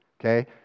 okay